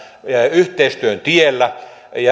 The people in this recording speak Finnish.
yhteistyön tiellä